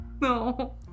No